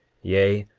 yea,